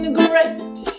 great